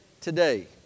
today